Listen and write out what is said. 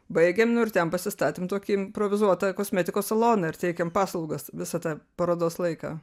baigėm nu ir ten pasistatėm tokį improvizuotą kosmetikos saloną ir teikėm paslaugas visą tą parodos laiką